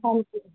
ਹਾਂਜੀ